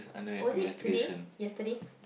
was it today yesterday